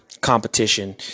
competition